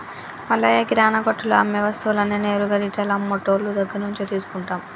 మల్లయ్య కిరానా కొట్టులో అమ్మే వస్తువులన్నీ నేరుగా రిటైల్ అమ్మె టోళ్ళు దగ్గరినుంచే తీసుకుంటాం